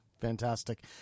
Fantastic